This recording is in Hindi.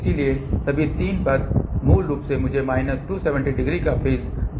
इसलिए सभी 3 पथ मूल रूप से मुझे माइनस 270 डिग्री का फेज डिफरेंस देते हैं